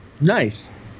Nice